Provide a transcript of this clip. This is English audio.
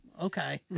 Okay